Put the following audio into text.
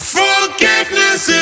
forgiveness